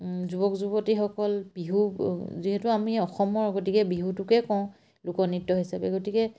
যুৱক যুৱতীসকল বিহু যিহেতু আমি অসমৰ গতিকে বিহুটোকে কওঁ লোকনৃত্য হিচাপে গতিকে